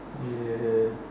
ya